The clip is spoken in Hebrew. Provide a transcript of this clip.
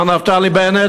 מר נפתלי בנט.